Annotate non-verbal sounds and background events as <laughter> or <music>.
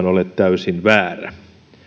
<unintelligible> ole täysin väärä